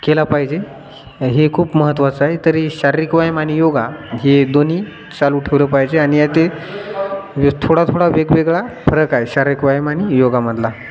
केला पाहिजे हे खूप महत्त्वाचं आहे तरी शारीरिक व्यायाम आणि योगा हे दोन्ही चालू ठेवलं पाहिजे आणि यातही थोडा थोडा वेगवेगळा फरक आहे शारीरिक व्यायाम आणि योगामधला